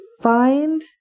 find